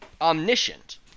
omniscient